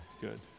good